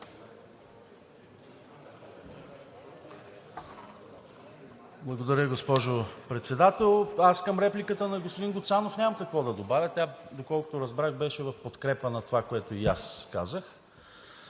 Благодаря, госпожо Председател. Аз към репликата на господин Гуцанов няма какво да добавя. Тя, доколкото разбрах, беше в подкрепа на това, което и аз казах.